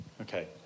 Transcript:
Okay